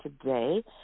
today